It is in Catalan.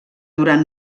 durant